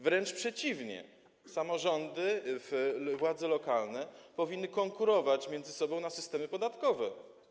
Wręcz przeciwnie, samorządy, władze lokalne powinny konkurować między sobą systemami podatkowymi.